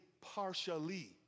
partially